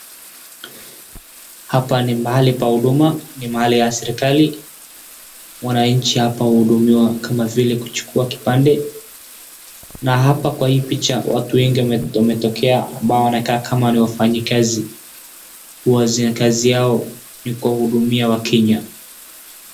Hapa ni mahali pa huduma ni mahali ya serikali wanainchi hapa wanahudumiwa kama vile kuchukua kipande na hapa kwa hii picha watu wengi wametokea ambao wanakaa kama ni wafanyikazi ,wafanyakazi hao ni kuwahudumia wakenya